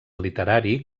literari